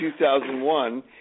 2001